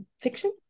fiction